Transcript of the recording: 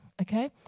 okay